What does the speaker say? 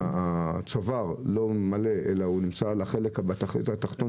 כשהצוואר לא מלא אלא נמצא על החלק התחתון